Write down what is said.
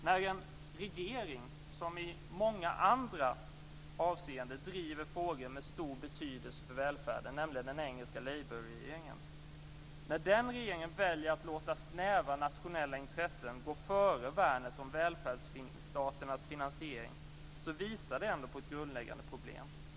När en regering som i många andra avseenden driver frågor av stor betydelse för välfärden, nämligen den engelska labourregeringen, väljer att låta snäva nationella intressen gå före värnet om välfärdsstaternas finansiering, visar det på ett grundläggande problem.